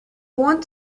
want